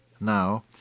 now